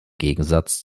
gegensatz